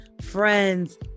friends